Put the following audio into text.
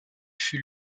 fut